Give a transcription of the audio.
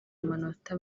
amanota